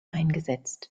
eingesetzt